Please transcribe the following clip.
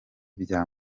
bya